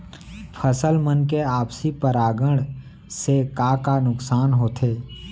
फसल मन के आपसी परागण से का का नुकसान होथे?